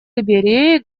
либерией